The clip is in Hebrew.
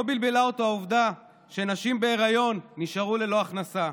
לא בלבלה אותו העובדה שנשים בהריון נשארו ללא הכנסה,